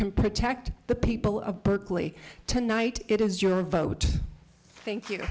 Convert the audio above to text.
can protect the people of berkeley tonight it is your vote thank you